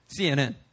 CNN